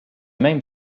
même